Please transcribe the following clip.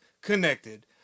connected